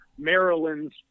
Maryland's